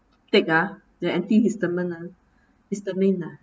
take ah the antihistamine ah histamine ah